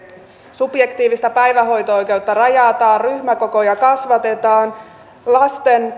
subjektiivista päivähoito oikeutta rajataan ryhmäkokoja kasvatetaan lasten